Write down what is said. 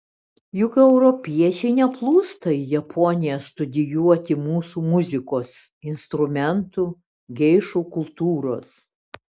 juk europiečiai neplūsta į japoniją studijuoti mūsų muzikos instrumentų geišų kultūros